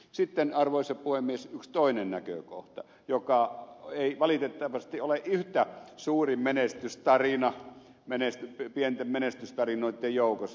sitten arvoisa puhemies yksi toinen näkökohta joka ei valitettavasti ole yhtä suuri menestystarina pienten menestystarinoitten joukossa